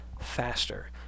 faster